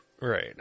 Right